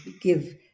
give